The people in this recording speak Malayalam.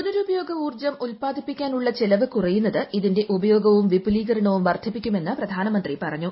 പുനരുപയോഗ ഊർജ്ജം ഉത്പാദിപ്പിക്കാൻ ഉള്ള ചെലവ് കുറയുന്നത് ഇതിന്റെ ഉപയോഗവും വിപുലീകരണവും വർദ്ധിപ്പിക്കും എന്ന് പ്രധാനമന്ത്രി പറഞ്ഞു